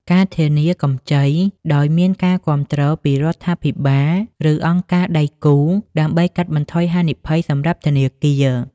ការធានាកម្ចី ដោយមានការគាំទ្រពីរដ្ឋាភិបាល ឬអង្គការដៃគូ ដើម្បីកាត់បន្ថយហានិភ័យសម្រាប់ធនាគារ ។